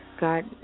God